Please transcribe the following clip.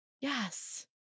Yes